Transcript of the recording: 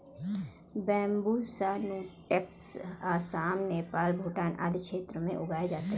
Bambusa nutans Assam, Nepal, Bhutan आदि क्षेत्रों में उगाए जाते है